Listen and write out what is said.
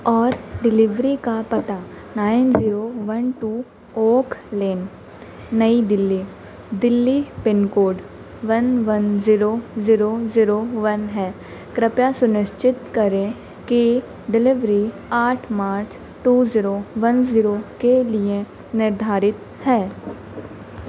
और डिलेवरी का पता nine zero one two oak lane New Delhi Delhi pin code one one zero zero zero one है कृपया सुनिश्चित करें कि डिलेवरी आठ मार्च टू जीरो वन जीरो के लिए निर्धारित है